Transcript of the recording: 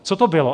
Co to bylo?